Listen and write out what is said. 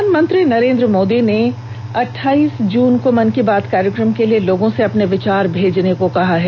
प्रधानमंत्री नरेन्द्र मोदी ने अठाइस जून को मन की बात कार्यक्रम के लिए लोगों से अपने विचार भेजने को कहा है